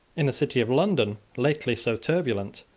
in the city of london, lately so turbulent,